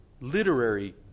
literary